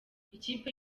ikipe